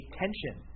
tension